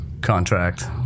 contract